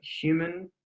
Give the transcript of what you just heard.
human